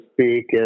speak